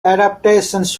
adaptations